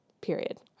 period